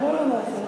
בואו לא נעשה,